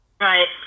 Right